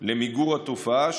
למיגור התופעה,